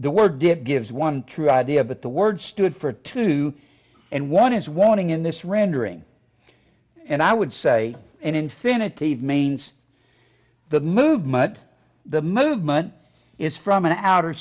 the word it gives one true idea of what the word stood for two and one is warning in this rendering and i would say an infinity of mainz the movement the movement is from an outer